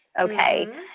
Okay